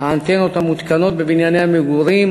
האנטנות המותקנות בבנייני המגורים.